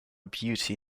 beauty